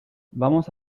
vamos